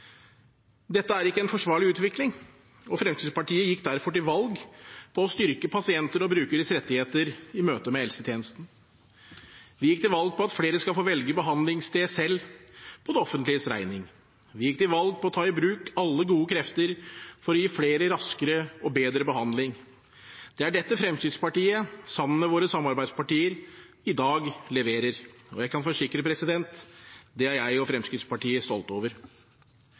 Dette er ikke en forsvarlig utvikling. Fremskrittspartiet gikk derfor til valg på å styrke pasienters og brukeres rettigheter i møte med helsetjenesten. Vi gikk til valg på at flere skal få velge behandlingssted selv – på det offentliges regning. Vi gikk til valg på å ta i bruk alle gode krefter for å gi flere raskere og bedre behandling. Det er dette Fremskrittspartiet, sammen med sine samarbeidspartier, i dag leverer. Og jeg kan forsikre om at det er jeg og Fremskrittspartiet stolt over.